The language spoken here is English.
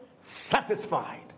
satisfied